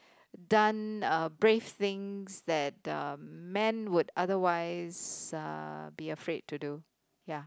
done uh brave things that um men would otherwise uh be afraid to do ya